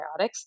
probiotics